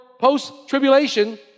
post-tribulation